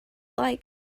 like